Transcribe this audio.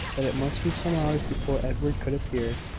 that it must be some hours before edward could appear.